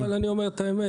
אבל אני אומר את האמת.